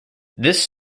this